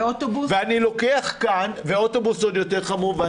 ואוטובוס עוד יותר חמור.